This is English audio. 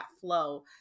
flow